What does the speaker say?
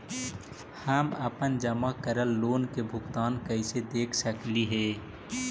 हम अपन जमा करल लोन के भुगतान कैसे देख सकली हे?